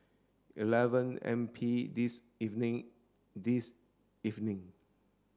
eleven M P this evening this evening